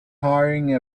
hiring